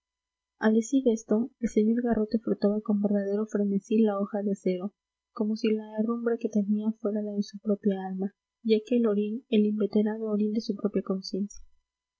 al decir esto el sr garrote frotaba con verdadero frenesí la hoja de acero como si la herrumbre que tenía fuera la de su propia alma y aquel orín el inveterado orín de su propia conciencia